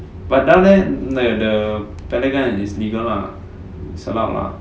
but down there like the pellet gun is legal lah is allowed ah